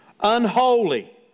Unholy